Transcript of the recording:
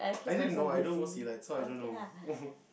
I didn't know I don't go Silat so I don't know